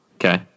Okay